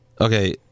Okay